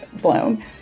blown